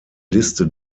liste